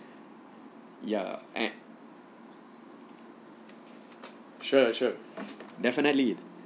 ya and sure sure definitely